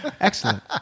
Excellent